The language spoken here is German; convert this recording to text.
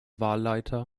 wahlleiter